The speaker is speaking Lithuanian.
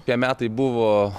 tie metai buvo